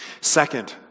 Second